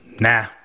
nah